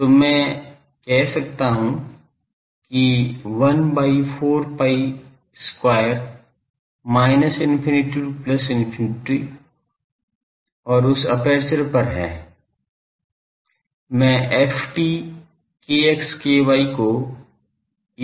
तो मैं कह सकता हूं कि 1 by 4 pi square minus infinity to infinity और उस एपर्चर पर है मैं ft को